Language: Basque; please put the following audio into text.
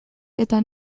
eta